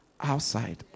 outside